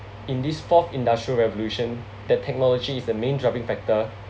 in this fourth industrial revolution that technology is the main driving factor